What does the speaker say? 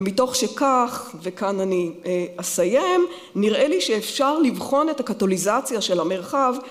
מתוך שכך, וכאן אני אסיים, נראה לי שאפשר לבחון את הקטוליזציה של המרחב